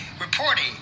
reporting